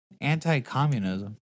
anti-communism